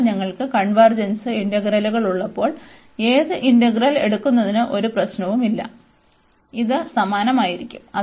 അതിനാൽ ഞങ്ങൾക്ക് കൺവെർജെൻസ് ഇന്റഗ്രലുകൾ ഉള്ളപ്പോൾ ഏത് ഇന്റഗ്രൽ എടുക്കുന്നതിന് ഒരു പ്രശ്നവുമില്ല ഇത് സമാനമായിരിക്കും